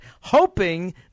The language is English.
hoping